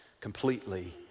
completely